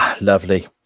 lovely